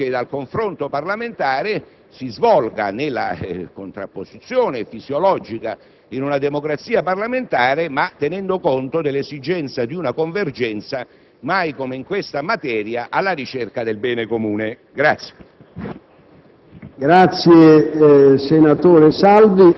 sia meritevole di approvazione ed auspico che il confronto parlamentare si svolga, nella contrapposizione fisiologica propria di una democrazia parlamentare, tenendo conto dell'esigenza di una convergenza, mai come in questa materia, alla ricerca del bene comune.